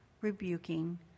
rebuking